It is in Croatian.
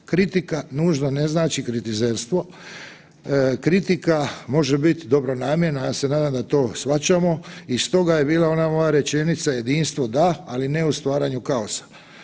Kritika nužno ne znači kritizerstvo, kritika može biti dobronamjerna, ja se nadam da to shvaćamo i stoga je bila ona moja rečenica, jedinstvo da, ali ne u stvaranju kaosa.